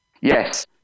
Yes